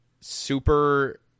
super